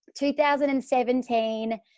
2017